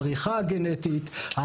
עריכה גנטית,